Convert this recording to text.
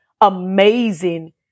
amazing